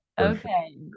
okay